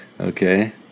Okay